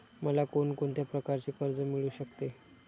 मला कोण कोणत्या प्रकारचे कर्ज मिळू शकते?